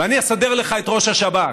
ואני אסדר לך את ראש השב"כ.